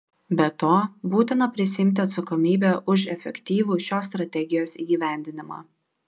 be to būtina prisiimti atsakomybę už efektyvų šios strategijos įgyvendinimą